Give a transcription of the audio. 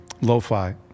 lo-fi